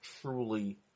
truly